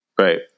Right